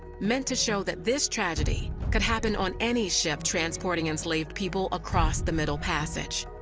meant to show that this tragedy could happen on any ship transporting enslaved people across the middle passage.